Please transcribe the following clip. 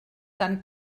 tan